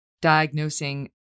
diagnosing